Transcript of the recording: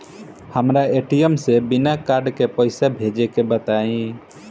हमरा ए.टी.एम से बिना कार्ड के पईसा भेजे के बताई?